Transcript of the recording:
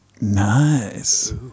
Nice